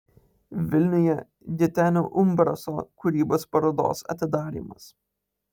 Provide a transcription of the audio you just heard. vilniuje gitenio umbraso kūrybos parodos atidarymas